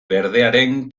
berdearen